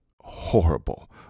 horrible